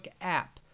app